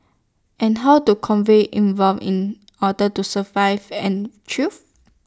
and how to convey evolve in order to survive and thrive